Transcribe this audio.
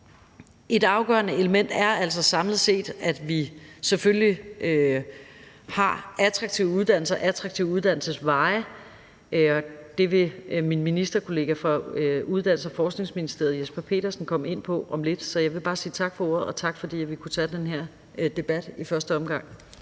Et afgørende element er altså samlet set, at vi selvfølgelig har attraktive uddannelser og attraktive uddannelsesveje, og det vil min ministerkollega fra Uddannelses- og Forskningsministeriet, hr. Jesper Petersen, komme ind på om lidt. Så jeg vil bare sige tak for ordet, og tak, fordi vi kunne tage den her debat i første omgang.